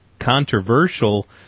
controversial